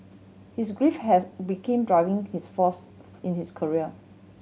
his grief has became driving his force in his career